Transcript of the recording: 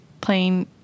playing